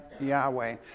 Yahweh